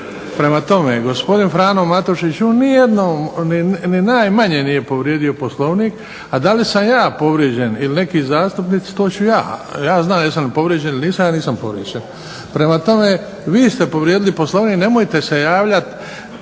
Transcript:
Prema tome, gospodin Frano Matušić u nijednom ni najmanje nije povrijedio Poslovnik. A da li sam ja povrijeđen ili neki zastupnik to ću ja. Ja znam jel jesam ili nisam povrijeđen. Ja nisam povrijeđen. Prema tome, vi ste povrijedili Poslovnik. Nemojte se javljati